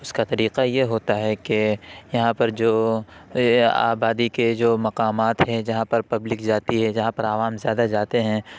اس کا طریقہ یہ ہوتا ہے کہ یہاں پر جو آبادی کے جو مقامات ہیں جہاں پر پبلک جاتی ہے جہاں پر عوام زیادہ جاتے ہیں